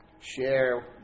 share